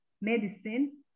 medicine